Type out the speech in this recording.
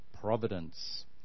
providence